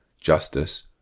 justice